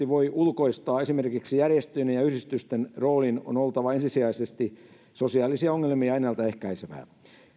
voi ulkoistaa esimerkiksi järjestöjen ja yhdistysten roolin on oltava ensisijaisesti sosiaalisia ongelmia ennalta ehkäisevä